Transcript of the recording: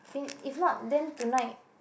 since if not then tonight